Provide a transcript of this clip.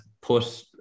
put